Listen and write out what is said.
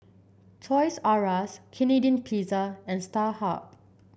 Toys R Us Canadian Pizza and Starhub